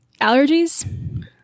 Allergies